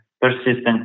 persistent